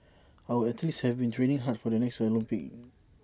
our athletes have been training hard for the next Olympics